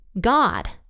god